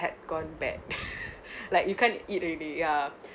had gone bad like you can't eat already ya